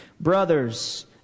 Brothers